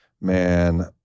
man